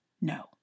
no